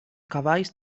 cavalls